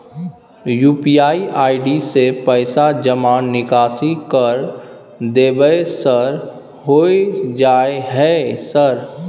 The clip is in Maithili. यु.पी.आई आई.डी से पैसा जमा निकासी कर देबै सर होय जाय है सर?